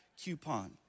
coupon